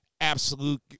absolute